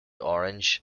orange